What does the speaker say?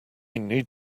need